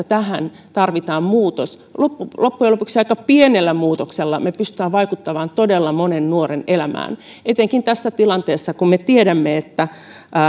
tähän tarvitaan muutos loppujen loppujen lopuksi aika pienellä muutoksella me pystymme vaikuttamaan todella monen nuoren elämään etenkin tässä tilanteessa kun me tiedämme että